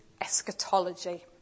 eschatology